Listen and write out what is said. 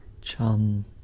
Chum